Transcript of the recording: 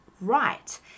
right